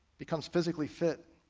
becomes physically fit,